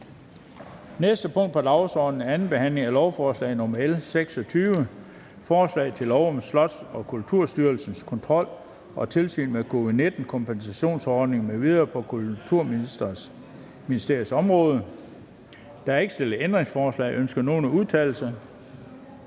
næste punkt på dagsordenen er: 8) 2. behandling af lovforslag nr. L 26: Forslag til lov om Slots- og Kulturstyrelsens kontrol og tilsyn med covid-19-kompensationsordninger m.v. på Kulturministeriets område. Af kulturministeren (Ane Halsboe-Jørgensen).